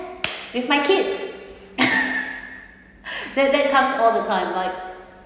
with my kids that that comes all the time like